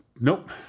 Nope